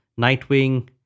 Nightwing